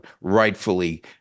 rightfully